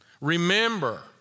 Remember